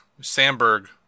Sandberg